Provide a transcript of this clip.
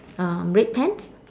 um red pants